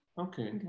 Okay